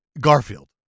Garfield